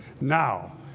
now